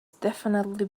definitely